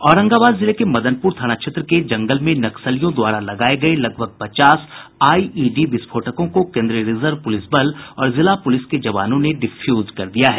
औरंगाबाद जिले के मदनपुर थाना क्षेत्र के जंगल में नक्सलियों द्वारा लगाए गए लगभग पचास आईईडी विस्फोटकों को केंद्रीय रिजर्व पुलिस बल और जिला पुलिस के जवानों ने डिफ्यूज कर दिया है